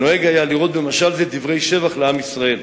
נוהג היה לראות במשל זה דברי שבח לעם ישראל.